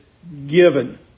Given